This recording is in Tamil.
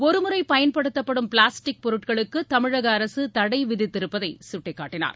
ஒருமுறை பயன்படுத்தப்படும் பிளாஸ்டிக் பொருட்களுக்கு தமிழக அரசு தடை விதித்திருப்பதை சுட்டிக்காட்டினார்